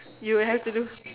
you have to do